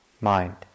mind